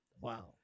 Wow